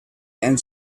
and